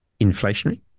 inflationary